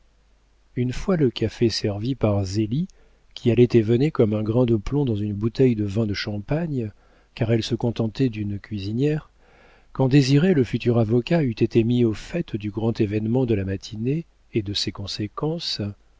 une fois le café servi par zélie qui allait et venait comme un grain de plomb dans une bouteille de vin de champagne car elle se contentait d'une cuisinière quand désiré le futur avocat eut été mis au fait du grand événement de la matinée et de ses conséquences